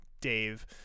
Dave